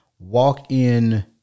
Walk-in